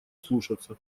слушаться